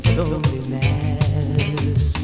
loneliness